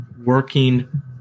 working